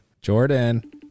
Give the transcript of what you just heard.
Jordan